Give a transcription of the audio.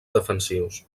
defensius